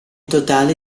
totale